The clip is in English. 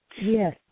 yes